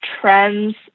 trends